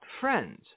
friends